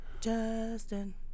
Justin